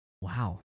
Wow